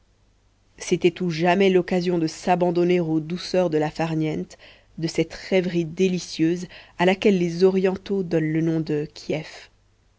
c'était ou jamais l'occasion de s'abandonner aux douceurs de ce farniente de cette rêverie délicieuse à laquelle les orientaux donnent le nom de kief